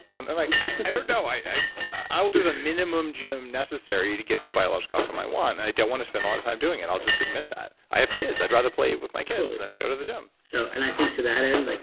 i like i don't know. i'll do the minimum gym necessary to get the biological outcome i want. i don't want to spend a lot of time doing it. i'll just admit that. i have kids. i'd rather play with my kids than go to the gym so and i think to that end, like